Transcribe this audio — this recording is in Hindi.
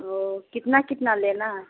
वो कितना कितना लेना है